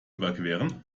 überqueren